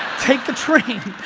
take the train.